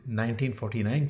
1949